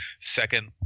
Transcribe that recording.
second